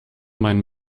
meinen